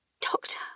Doctor